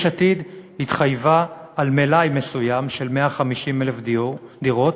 יש עתיד התחייבה על מלאי מסוים של 150,000 דירות.